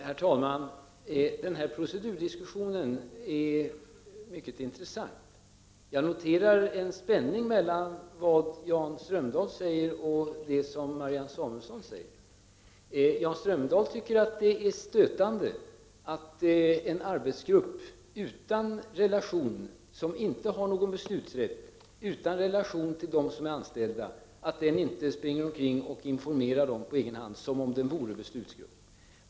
Herr talman! Den här procedurdiskussionen är mycket intressant. Jag noterar en spänning mellan vad Jan Strömdahl säger och det som Marianne Samuelsson säger. Jan Strömdahl tycker att det är stötande att en arbetsgrupp, som inte har någon beslutsrätt och är utan relation till dem som är anställda, inte springer omkring och informerar de anställda på egen hand som om den vore en beslutsgrupp.